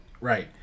right